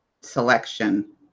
selection